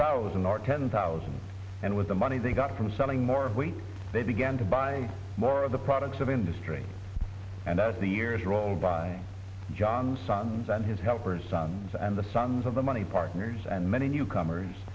thousand or ten thousand and with the money they got from selling more weight they began to buy more of the products of industry and as the years roll by johnson's and his helpers sons and the sons of the money partners and many new comers